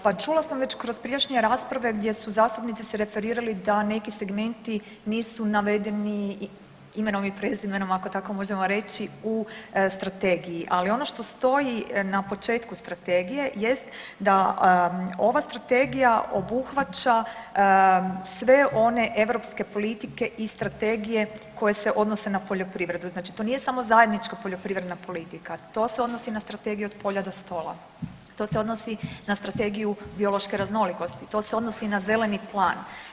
Pa čula sam već kroz prijašnje rasprave gdje su zastupnici se referirali da neki segmenti nisu navedeni, imenom i prezimenom ako tako možemo reći, u strategiji, ali ono što stoji na početku strategije jest da ova strategija obuhvaća sve one europske politike i strategije koje se odnose na poljoprivredu, znači to nije samo zajednička poljoprivredna politika, to se odnosi na Strategiju „Od polja do stola“, to se odnosi na Strategiju biološke raznolikosti, to se odnosi na Zeleni plan.